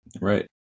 Right